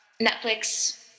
Netflix